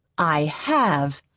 i have.